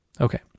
Okay